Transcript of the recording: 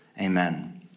Amen